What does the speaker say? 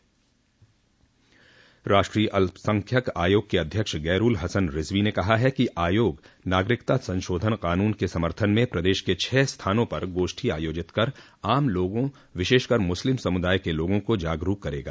राष्ट्रीय अल्पसंख्यक आयोग के अध्यक्ष गैरूल हसन रिज़वी ने कहा है कि आयोग नागरिकता संशोधन क़ानून के समर्थन में प्रदेश के छह स्थानों पर गोष्ठी आयोजित कर आम लोगों विशेष कर मुस्लिम समुदाय के लोगों को जागरूक करेगा